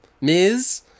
Ms